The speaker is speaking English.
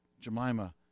Jemima